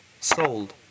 Sold